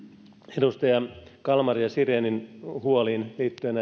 edustaja kalmarin ja vikmanin huoliin liittyen